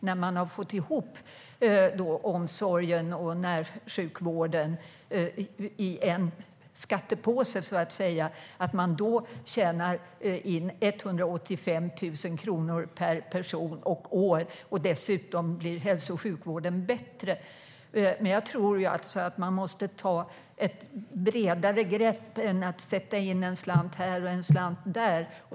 Där har man fått ihop omsorgen och närsjukvården i så att säga en skattepåse och tjänar 185 000 kronor per person och år. Dessutom blir hälso och sjukvården bättre. Men jag tror att man måste ta ett bredare grepp än att sätta in en slant här och en slant där.